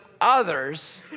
others